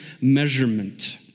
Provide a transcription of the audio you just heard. measurement